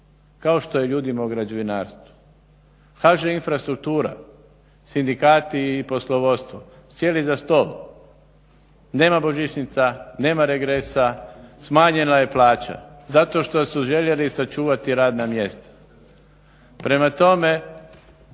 kao što je ljudima u građevinarstvu. HŽ-Infrastruktura, sindikati i poslovodstvo sjeli za stol. Nema božićnica, nema regresa, smanjena je plaća zato što su željeli sačuvati radna mjesta. Prema tome,